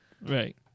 Right